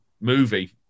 movie